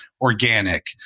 organic